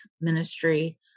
ministry